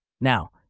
Now